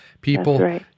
People